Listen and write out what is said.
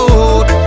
road